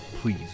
Please